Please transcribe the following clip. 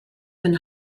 been